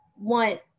want